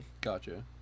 gotcha